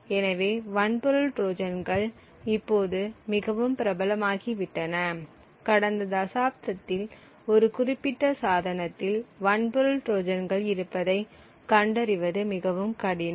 எனவே வன்பொருள் ட்ரோஜன்கள் இப்போது மிகவும் பிரபலமாகிவிட்டன கடந்த தசாப்தத்தில் ஒரு குறிப்பிட்ட சாதனத்தில் வன்பொருள் ட்ரோஜான்கள் இருப்பதை கண்டறிவது மிகவும் கடினம்